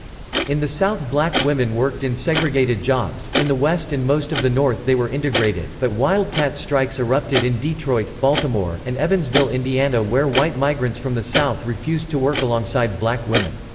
in the south black women worked in segregated jobs in the west and most of the north they were integrated, but wildcat strikes erupted in detroit, baltimore, and evansville, indiana where white migrants from the south refused to work alongside black women.